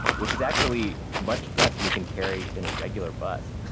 which is actually much less than you can carry in a regular bus.